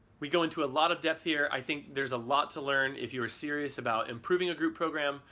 we go into a lot of depth here. i think there's a lot to learn, if you are serious about improving a group program,